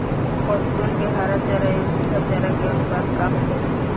पशुअन के हरा चरा एंव सुखा चारा के अनुपात का होखे के चाही?